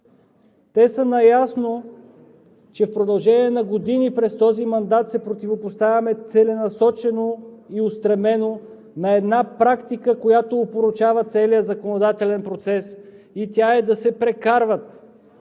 Те са наясно, че в продължение на години през този мандат се противопоставяме целенасочено и устремено на една практика, която опорочава целия законодателен процес, а тя е да се прекарват